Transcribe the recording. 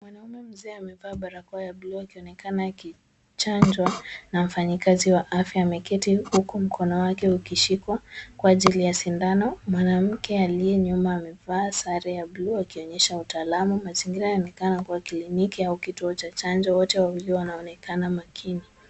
Mwanaume mzee amevaa barakoa ya buluu akionekana akichanjwa na mfanyikazi wa afya. Ameketi huku mkono wake ukishikwa kwa ajili ya sindano. Mwanamke aliye nyuma amevaa sare ya buluu akionyesha utalamu. Mazingira yanaonekana kuwa kliniki au kituo cha chanjo. Wote wawili wanaonekana makini.